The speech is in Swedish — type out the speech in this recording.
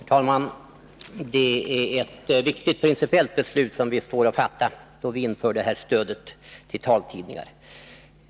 Herr talman! Det är ett viktigt principiellt beslut som vi nu skall fatta då vi inför detta stöd till taltidningar.